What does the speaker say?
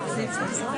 הישיבה